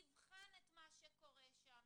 יבחן את מה שקורה שם,